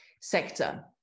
sector